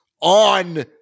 on